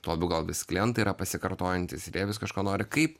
tuo labiau gal visi klientai yra pasikartojantys ir jie vis kažko nori kaip